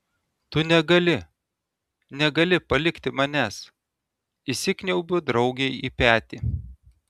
tu negali negali palikti manęs įsikniaubiu draugei į petį